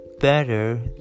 better